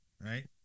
right